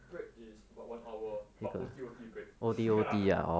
break is about one hour but O_T_O_T break